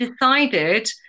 decided